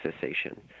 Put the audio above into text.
cessation